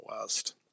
West